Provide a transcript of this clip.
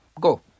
Go